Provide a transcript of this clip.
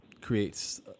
creates